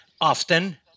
Often